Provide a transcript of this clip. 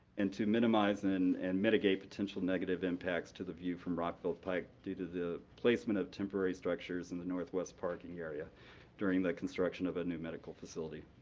and to minimize and mitigate potential negative impacts to the view from rockville pike due to the placement of temporary structures in the northwest parking area during the construction of a new medical facility.